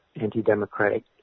anti-democratic